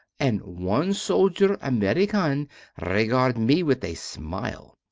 and one soldier american regard me with a smile.